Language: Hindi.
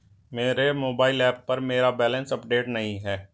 मेरे मोबाइल ऐप पर मेरा बैलेंस अपडेट नहीं है